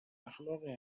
اخلاقی